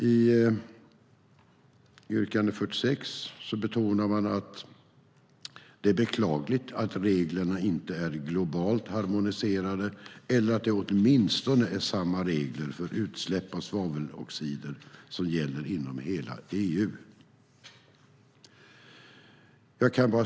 I yrkande 46 betonar man att det är beklagligt att reglerna inte är globalt harmoniserade eller att det åtminstone är samma regler för utsläpp av svaveloxider inom hela EU.